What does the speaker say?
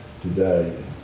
today